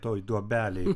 toje duobelėje